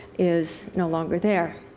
is no longer there.